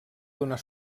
donar